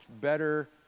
better